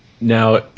Now